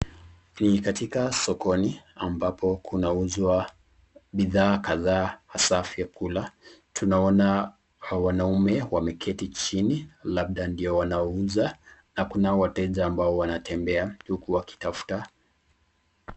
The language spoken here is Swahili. Ni katika sokoni ambapo kunauzwa bidhaa kadhaa hasa vyakula. Tunaona wanaume wameketi chini labda ndiyo wanauza na kunao wateja ambao wanatembea huku wakitafuta.